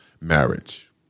marriage